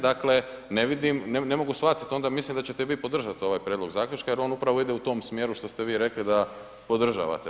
Dakle, ne vidim, ne mogu shvatit onda, mislim da ćete vi podržat ovaj prijedlog zaključka jer on upravo ide u tom smjeru što ste vi rekli da podržavate.